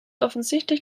offensichtlich